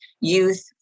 youth